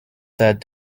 said